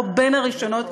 או בין הראשונות,